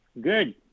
Good